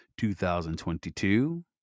2022